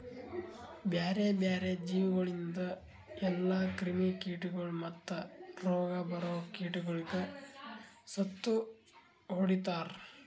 ಬ್ಯಾರೆ ಬ್ಯಾರೆ ಜೀವಿಗೊಳಿಂದ್ ಎಲ್ಲಾ ಕ್ರಿಮಿ ಕೀಟಗೊಳ್ ಮತ್ತ್ ರೋಗ ಬರೋ ಕೀಟಗೊಳಿಗ್ ಸತ್ತು ಹೊಡಿತಾರ್